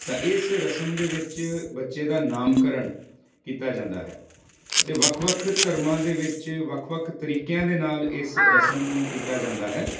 ਤਾਂ ਇਸ ਰਸਮ ਦੇ ਵਿੱਚ ਬੱਚੇ ਦਾ ਨਾਮਕਰਣ ਕੀਤਾ ਜਾਂਦਾ ਹੈ ਅਤੇ ਵੱਖ ਵੱਖ ਧਰਮਾਂ ਦੇ ਵਿੱਚ ਵੱਖ ਵੱਖ ਤਰੀਕਿਆਂ ਦੇ ਨਾਲ ਇਸ ਰਸਮ ਨੂੰ ਕੀਤਾ ਜਾਂਦਾ ਹੈ